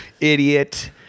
idiot